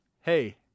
Hey